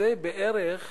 שזה עלייה של בערך